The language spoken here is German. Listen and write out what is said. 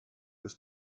ist